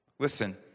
Listen